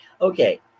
okay